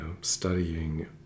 studying